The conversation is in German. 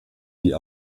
die